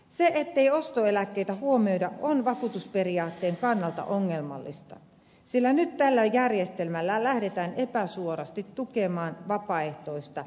se ettei ostoeläkkeitä huomioida on vakuutusperiaatteen kannalta ongelmallista sillä nyt tällä järjestelmällä lähdetään epäsuorasti tukemaan vapaaehtoista eläkevakuuttamista